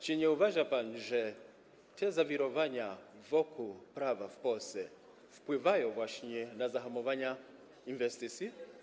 Czy nie uważa pan, że te zawirowania wokół prawa w Polsce wpływają właśnie na zahamowanie inwestycji?